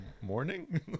morning